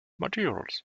materials